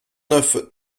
neuf